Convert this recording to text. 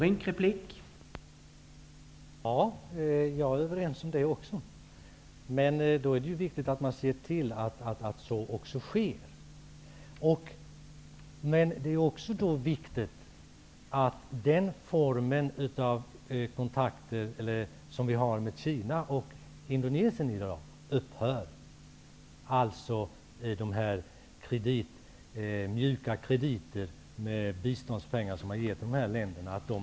Herr talman! Jag är håller med om det. Men då är det viktigt att man ser till så också sker. Det är också viktigt att den formen av kontakter som vi i dag har med Kina och Indonesien upphör. Jag syftar på de s.k. mjuka krediter som man har gett dessa länder med biståndspengar.